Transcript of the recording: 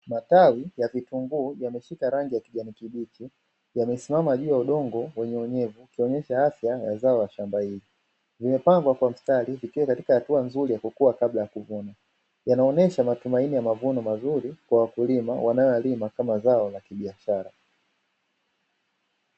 Matawi ya kitunguu yameshika rangi ya kijani kibichi yamesimama juu ya udongo yenye unyevu kuonyesha afya ya zao la shamba Hilo. Yamepangwa kwa mistari yakiwa katika hatua nzuri ya kukua kabla ya kuvunwa. Yanaonyesha matumaini ya mavuno mazuri kwa wakulima kama zao la kibiashara.